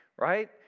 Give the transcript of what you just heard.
right